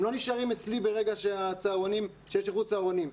הם לא נשארים אצלי ברגע שיש איחוד צהרונים,